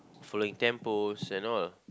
following tempos and all